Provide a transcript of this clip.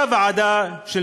הייתה ועדה של